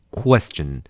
question